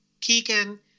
Keegan